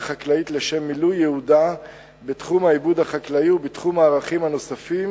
חקלאית לשם מילוי ייעודה בתחום העיבוד החקלאי ובתחום הערכים הנוספים